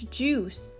juice